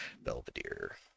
Belvedere